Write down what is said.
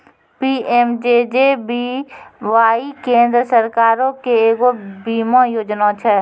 PMJJBY केन्द्र सरकारो के एगो बीमा योजना छै